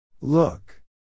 look